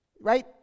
right